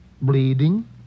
Bleeding